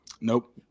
Nope